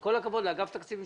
עם כל הכבוד לאגף תקציבים,